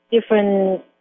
different